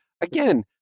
again